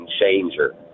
changer